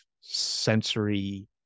sensory